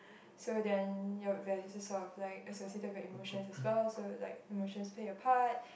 so then your values is sort of like associated with your emotions as well so like emotions play a part